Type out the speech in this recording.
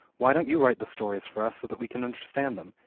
why don't you write the stories for us so that we can understand them,